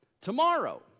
Tomorrow